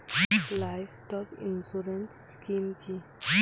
Livestock insurance scheme কি?